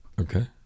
okay